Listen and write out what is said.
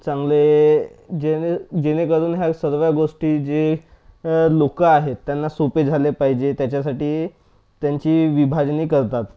चांगले जेणे जेणेकरून ह्या सर्व गोष्टी जे लोकं आहेत त्यांना सोपे झाले पाहिजे त्याच्यासाठी त्यांची विभागणी करतात